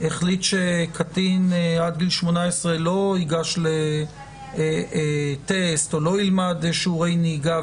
החליט שקטין עד גיל 18 לא ייגש לטסט או לא ילמד שיעורי נהיגה,